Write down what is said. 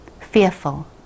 fearful